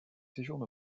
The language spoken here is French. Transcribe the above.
séjourne